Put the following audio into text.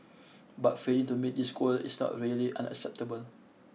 but failing to meet this goal is not really unacceptable